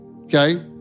Okay